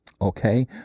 Okay